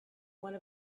one